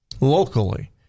locally